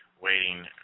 Waiting